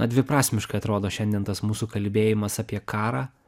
na dviprasmiškai atrodo šiandien tas mūsų kalbėjimas apie karą